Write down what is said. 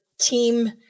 Team